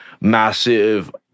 massive